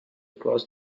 cross